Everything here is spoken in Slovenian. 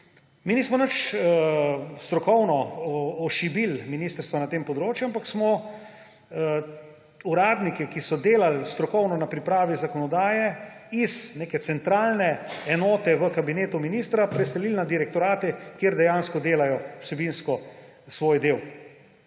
Mi nismo nič strokovno ošibili ministrstva na tem področju, ampak smo uradnike, ki so delali strokovno na pripravi zakonodaje, iz neke centralne enote v Kabinetu ministra preselili na direktorate, kjer dejansko delajo svoje vsebinsko delo.